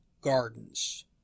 gardens